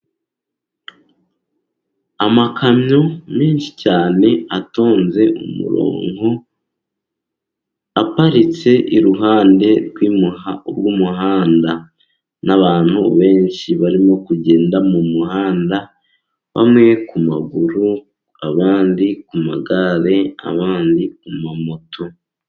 Amakamyo menshi cyane, atonze umurongo, aparitse iruhande rw'umuhanda, n'abantu benshi barimo kugenda mu muhanda, bamwe ku maguru, abandi ku magare, abandi ku mamoto.